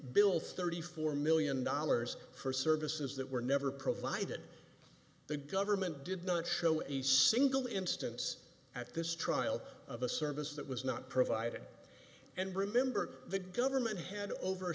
bill thirty four million dollars for services that were never provided the government did not show a single instance at this trial of a service that was not provided and remember the government had over